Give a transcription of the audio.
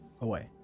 away